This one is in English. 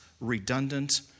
redundant